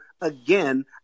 again